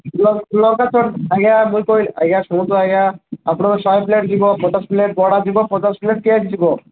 ଲଙ୍କ ଲଙ୍କା ଚଟଣୀ ଆଜ୍ଞା ଭୁଲ୍ କହିଲେ ଆଜ୍ଞା ଶୁଣନ୍ତୁ ଆଜ୍ଞା ଆପଣଙ୍କର ଶହେ ପ୍ଲେଟ୍ ଯିବ ପଚାଶ ପ୍ଲେଟ୍ ବଡ଼ା ଯିବ ପଚାଶ ପ୍ଲେଟ୍ ପିଆଜି ଯିବ